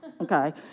okay